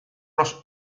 los